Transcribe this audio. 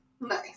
Nice